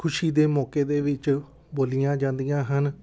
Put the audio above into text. ਖੁਸ਼ੀ ਦੇ ਮੌਕੇ ਦੇ ਵਿੱਚ ਬੋਲੀਆਂ ਜਾਂਦੀਆਂ ਹਨ